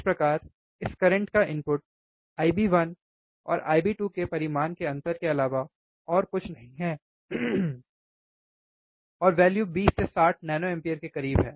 इस प्रकार इस करंट का इनपुट IB1 और IB2 के परिमाण के अंतर के अलावा और कुछ नहीं है और वैल्यु 20 से 60 नैनोएम्पीयर के करीब है